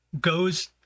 goes